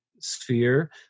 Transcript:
sphere